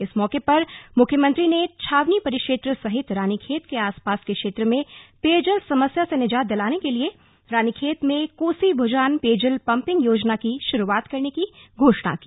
इस मौके पर मुख्यमंत्री ने छावनी परिक्षेत्र सहित रानीखेत के आसपास के क्षेत्र में पेयजल समस्या से निजात दिलाने के लिए रानीखेत में कोसी भुजान पेयजल पम्पिंग योजना की शुरूआत करने की घोषणा की